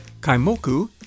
Kaimoku